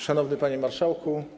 Szanowny Panie Marszałku!